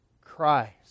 Christ